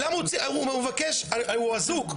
הוא אזוק,